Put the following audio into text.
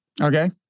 Okay